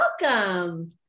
welcome